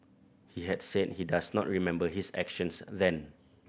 he had said he does not remember his actions then